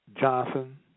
Johnson